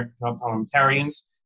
parliamentarians